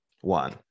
one